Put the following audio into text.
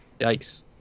Yikes